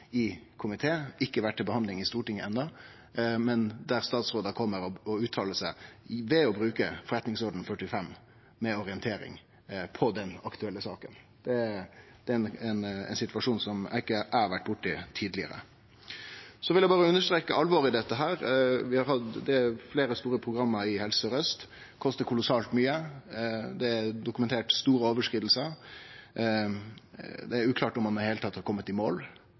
i komité, som ikkje har vore til behandling i Stortinget enno, men der statsrådar ved å bruke § 45 i forretningsordenen kjem og uttalar seg, har orientering om den aktuelle saka. Det er ein situasjon som eg ikkje har vore borti tidlegare. Så vil eg berre understreke alvoret i dette. Det er fleire store program i Helse Sør-Aust. Dei kostar kolossalt mykje, det er dokumentert store overskridingar, det er uklart om ein i det heile har kome i mål,